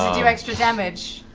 um extra damage?